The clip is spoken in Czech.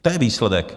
To je výsledek!